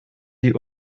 die